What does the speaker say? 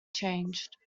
changed